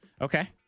Okay